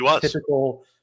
typical